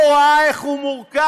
לא ראה איך הוא מורכב,